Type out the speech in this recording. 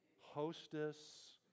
Hostess